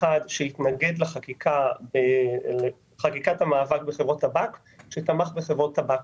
אחד שהתנגד לחקיקת המאבק בחברות הטבק ושתמך בחברות טבק.